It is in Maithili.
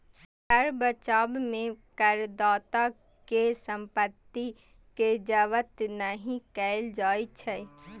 कर बचाव मे करदाता केर संपत्ति कें जब्त नहि कैल जाइ छै